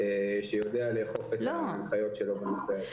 שיודע לאכוף את ההנחיות שלו בנושא הזה.